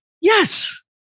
Yes